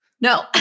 No